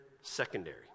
secondary